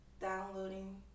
downloading